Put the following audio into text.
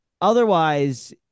Otherwise